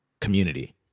community